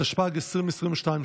התשפ"ג 2022,